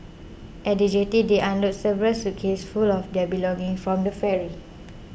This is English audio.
at the jetty they unload several suitcases full of their belongings from the ferry